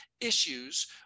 issues